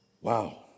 Wow